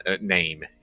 name